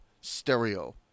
stereo